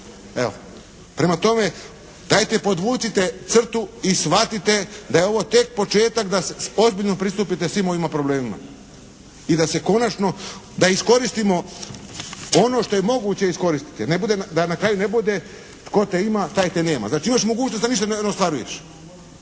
Evo, prema tome dajte podvucite crtu i shvatite da je ovo tek početak da ozbiljno pristupite svim ovim problemima i da se konačno, da iskoristimo ono što je moguće iskoristimo, da na kraju ne bude “tko te ima, taj te nema“. Znači, imaš mogućnost, a ništa ne ostvaruješ